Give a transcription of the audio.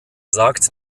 sagt